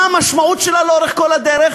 מה המשמעות שלה לאורך כל הדרך